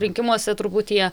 rinkimuose turbūt jie